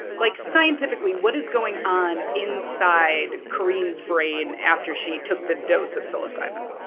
like, scientifically, what is going on inside carine's brain after she took the dose of psilocybin?